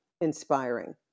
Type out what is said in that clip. inspiring